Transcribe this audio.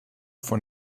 von